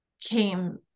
came